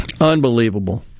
unbelievable